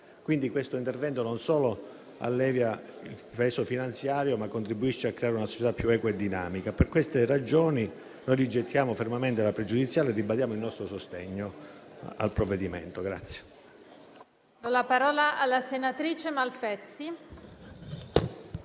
Questo intervento non solo allevia il peso finanziario, ma contribuisce a creare una società più equa e dinamica. Per queste ragioni noi rigettiamo fermamente la questione pregiudiziale e ribadiamo il nostro sostegno al provvedimento.